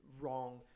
wrong